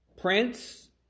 prince